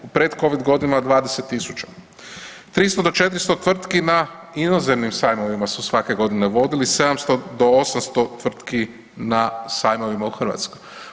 Pred Covid godina 20.000. 300 do 400 tvrtki na inozemnim sajmovima su svake godine vodili, 700 do 800 tvrtki na sajmovima u Hrvatskoj.